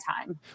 time